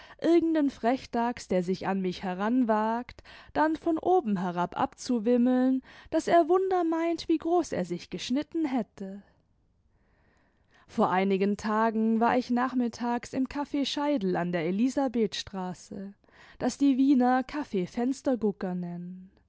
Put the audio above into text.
frechdachs der sich an mich heranwagt dann von oben herab abzuwimmeln daß er wunder meint wie groß er sich geschnitten hätte vor einigen tagen war ich nachmittags im caf scheidl an der elisabethstraße das die wiener caf fenstergucker nennen